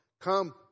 Come